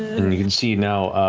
and you can see now,